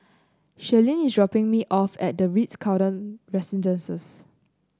Sherlyn is dropping me off at the Ritz Carlton Residences